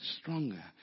stronger